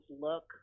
look